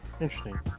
Interesting